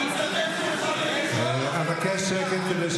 אבוטבול,